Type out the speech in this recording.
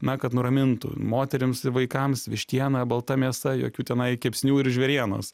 na kad nuramintų moterims ir vaikams vištiena balta mėsa jokių tenai kepsnių ir žvėrienos